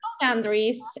boundaries